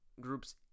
groups